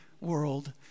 world